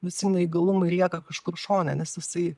visi neįgalumai lieka kažkur šone nes jisai